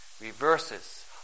reverses